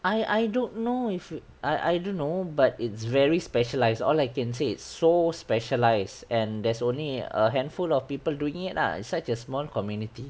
I I don't know if I I don't know but it's very specialized all I can say it's so specialized and there's only a handful of people doing it lah it's such a small community